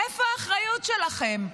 איפה האחריות שלכם?